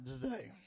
today